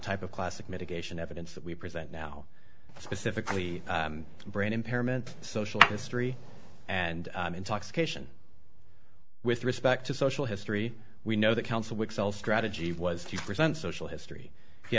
type of classic mitigation evidence that we present now specifically brain impairment social history and intoxication with respect to social history we know that council excels strategy was to present social history